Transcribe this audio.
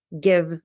give